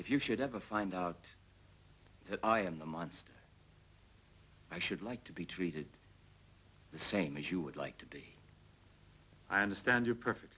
if you should ever find out that i am the monster i should like to be treated the same as you would like to be i understand you perfect